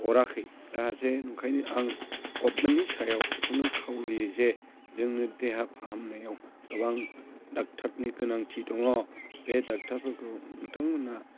हराखै दा जे नंखायनो आं गभर्नमेन्टनि सायाव बेखौनो खावलायो जे जोंनो देहा फाहामनायाव गोबां डक्ट'रनि गोनांथि दङ बे डक्ट'रफोरखौ नोंथांमोना